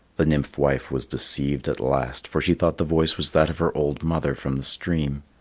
the nymph-wife was deceived at last, for she thought the voice was that of her old mother from the stream.